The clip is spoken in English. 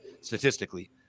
statistically